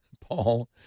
Paul